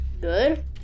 Good